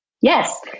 Yes